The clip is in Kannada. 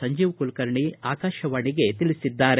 ಸಂಜೀವ ಕುಕರ್ಣಿ ಆಕಾಶವಾಣಿಗೆ ತಿಳಿಸಿದ್ದಾರೆ